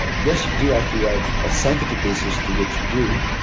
but yes, you do have to have a scientific basis to what you do,